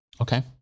okay